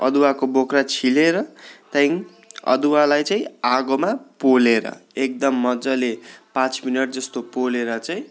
अदुवाको बोक्रा छिलेर त्यहाँदेखिन् अदुवालाई चाहिँ आगोमा पोलेर एकदम मजाले पाँच मिनट जस्तो पोलेर चाहिँ